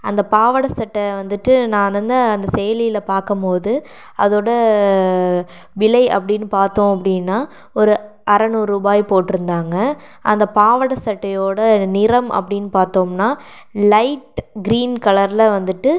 அந்த பாவாடை சட்டை வந்துட்டு நான் அந்தந்த அந்த செயலியில் பாக்கும்போது அதோடய விலை அப்படினு பார்த்தோம் அப்படினா ஒரு அறுநூறு ருபாய் போட்டுருந்தாங்க அந்த பாவாடை சட்டையோடய நிறம் அப்படினு பார்த்தோம்னா லைட் க்ரீன் கலரில் வந்துட்டு